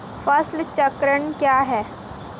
फसल चक्रण क्या है?